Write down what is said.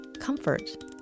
comfort